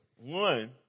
one